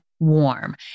warm